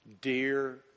Dear